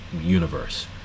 universe